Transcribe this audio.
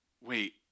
wait